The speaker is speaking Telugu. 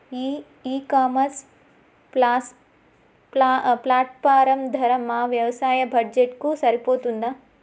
ఈ ఇ కామర్స్ ప్లాట్ఫారం ధర మా వ్యవసాయ బడ్జెట్ కు సరిపోతుందా?